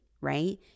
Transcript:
Right